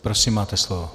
Prosím máte slovo.